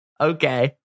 Okay